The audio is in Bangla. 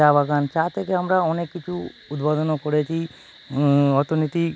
চা বাগান চা থেকে আমরা অনেক কিছু উৎপাদনও করেছি অর্থনীতি